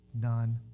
none